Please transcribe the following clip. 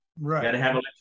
Right